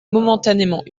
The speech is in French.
momentanément